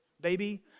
baby